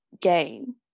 gain